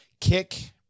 kick